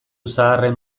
zaharren